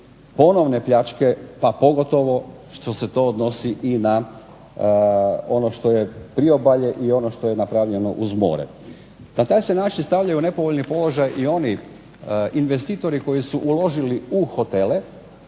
ponovne pljačke pa pogotovo što se to odnosi i na ono što je priobalje i ono što je napravljeno uz more. Na taj način se stavljaju u nepovoljan način i investitori koji su uložili u hotele